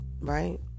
right